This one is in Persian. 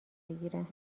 بگیرم